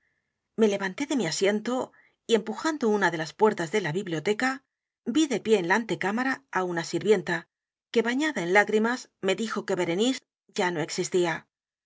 me levanté de mi asiento y empujando una de las puertas de la biblioteca vi de pie en la antecámara á una sirvienta que bañada en lágrimas me dijo que berenice ya no existía